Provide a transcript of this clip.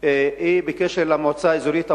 היא בקשר למועצה האזורית אבו-בסמה,